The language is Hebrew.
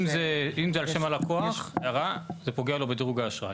אם זה על שם הלקוח זה פוגע לו בדירוג האשראי.